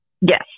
Yes